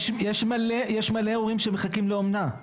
מלא אומרים שהם מחכים לאומנה.